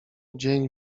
dzień